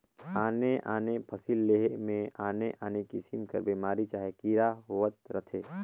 आने आने फसिल लेहे में आने आने किसिम कर बेमारी चहे कीरा होवत रहथें